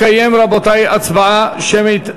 רבותי, תתקיים הצבעה שמית.